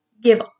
give